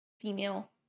female